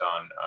on